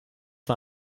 war